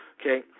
Okay